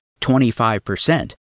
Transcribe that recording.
25%